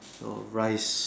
know rice